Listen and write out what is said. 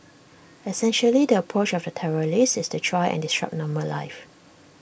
essentially the approach of the terrorists is to try and disrupt normal life